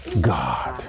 God